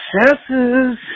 successes